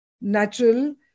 natural